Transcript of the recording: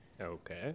okay